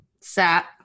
sat